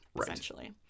essentially